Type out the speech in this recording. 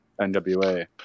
NWA